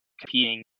Competing